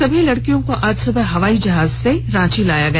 सभी लड़कियों को आज सुबह हवाई जहाज से रांची लाया गया